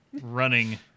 running